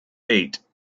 eight